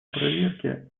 проверки